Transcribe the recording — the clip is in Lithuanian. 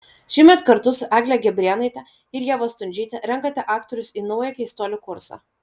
šįmet kartu su egle gabrėnaite ir ieva stundžyte renkate aktorius į naują keistuolių kursą